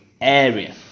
area